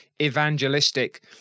evangelistic